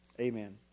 Amen